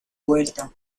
vuelta